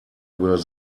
were